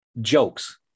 jokes